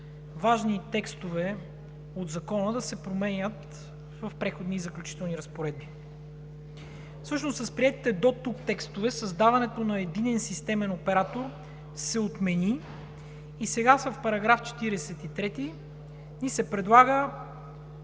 важни текстове от закона да се променят в Преходни и заключителни разпоредби. Всъщност с приетите дотук текстове създаването на единен системен оператор се отмени и сега с § 43 ни се предлага